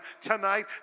tonight